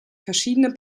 verschiedene